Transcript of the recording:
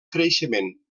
creixement